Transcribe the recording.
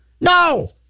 no